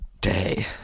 day